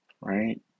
right